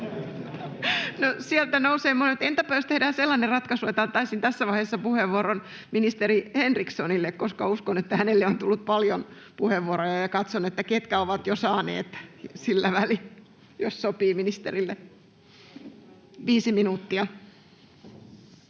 sieltä nousevat monet. Entäpä jos tehdään sellainen ratkaisu, että antaisin tässä vaiheessa puheenvuoron ministeri Henrikssonille, koska uskon, että hänelle on tullut paljon puheenvuoroja, ja katson sillä välin, ketkä ovat jo saaneet — jos sopii ministerille? 5 minuuttia.